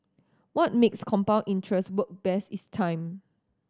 what makes compound interest work best is time